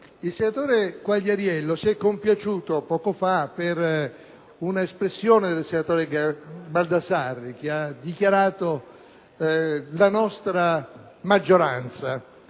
Il senatore Quagliariello si e compiaciuto poco fa per un’espressione del senatore Baldassarri, che ha dichiarato: «la nostra maggioranza».